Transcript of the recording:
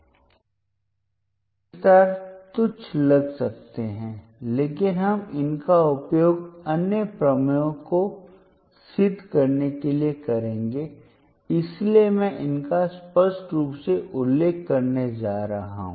अब ये विस्तार तुच्छ लग सकते हैं लेकिन हम इनका उपयोग अन्य प्रमेयों को सिद्ध करने के लिए करेंगे इसलिए मैं इनका स्पष्ट रूप से उल्लेख करने जा रहा हूँ